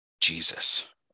Jesus